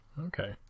Okay